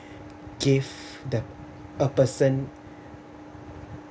gave the a person